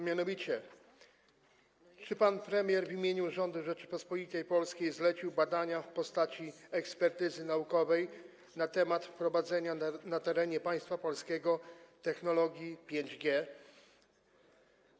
Mianowicie: Czy pan premier w imieniu rządu Rzeczypospolitej Polskiej zlecił badania i przygotowanie ekspertyzy naukowej na temat wprowadzenia na terenie państwa polskiego technologii 5G?